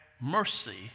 mercy